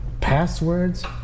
passwords